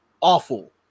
awful